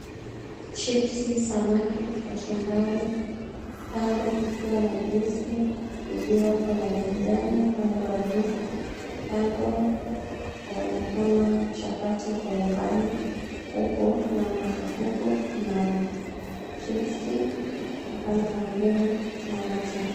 Chips samaki, kachumbari kando kukiwa na juice iliyo na vijani upande wa juu, kando kunaonekana chapati kwa umbali, huku nyama ya kuku na chips , upande mwingine nyama tena.